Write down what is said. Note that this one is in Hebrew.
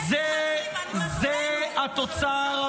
אתה יכול לחכות.